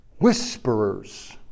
Whisperers